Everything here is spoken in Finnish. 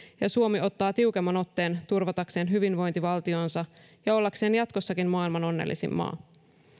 ja suomi ottaa tiukemman otteen turvatakseen hyvinvointivaltionsa ja ollakseen jatkossakin maailman onnellisin maa